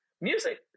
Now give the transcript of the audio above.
Music